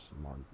more